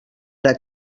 ara